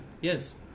yes